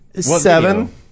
seven